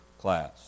class